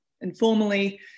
informally